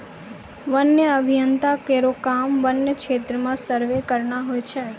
वन्य अभियंता केरो काम वन्य क्षेत्र म सर्वे करना होय छै